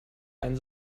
ein